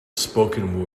spoken